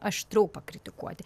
aštriau pakritikuoti